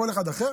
כל אחד אחר,